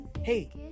Hey